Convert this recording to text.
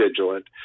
vigilant